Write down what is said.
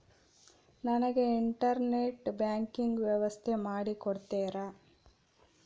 ನನಗೆ internet banking ವ್ಯವಸ್ಥೆ ಮಾಡಿ ಕೊಡ್ತೇರಾ?